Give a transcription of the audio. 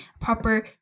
proper